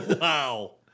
Wow